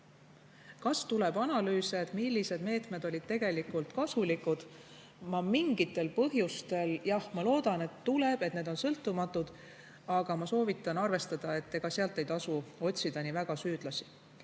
Kas tuleb analüüse, millised meetmed olid tegelikult kasulikud? Jah, ma loodan, et tuleb, et need on sõltumatud. Aga ma soovitan arvestada, et ega sealt ei tasu nii väga süüdlasi